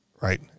right